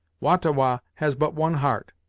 wah-ta-wah has but one heart,